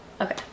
okay